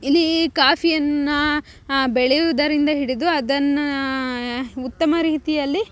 ಇಲ್ಲಿ ಕಾಫಿಯನ್ನು ಬೆಳೆಯೋದರಿಂದ ಹಿಡಿದು ಅದನ್ನು ಉತ್ತಮ ರೀತಿಯಲ್ಲಿ